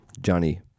Johnny